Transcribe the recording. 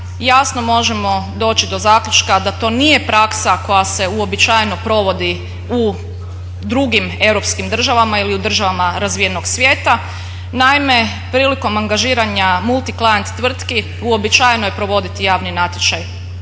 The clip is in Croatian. jasno možemo doći do zaključka da to nije praksa koja se uobičajeno provodi u drugim europskim državama ili u državama razvijenog svijeta. Naime, prilikom angažiranja multiclient tvrtki uobičajeno je provoditi javni natječaj.